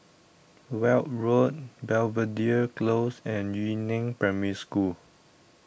Weld Road Belvedere Close and Yu Neng Primary School